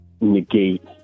negate